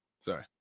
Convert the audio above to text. sorry